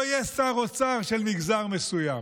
לא יהיה שר אוצר של מגזר מסוים,